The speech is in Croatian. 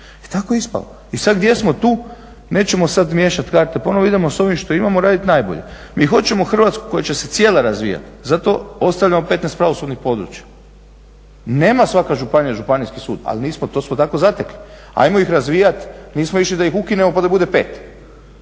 tako je ispalo. I sada gdje smo? Tu. Nećemo sada miješati karte ponovo idemo s ovim što imamo raditi najbolje. Mi hoćemo Hrvatsku koja će se cijela razvijati, zato ostavljamo 15 pravosudnih područja. Nema svaka županija županijski sud, ali mi smo to tako zatekli. Ajmo ih razvijati, nismo išli da ih ukinemo pa da bude pet,